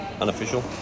Unofficial